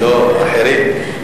לא, אחרים.